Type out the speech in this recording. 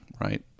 right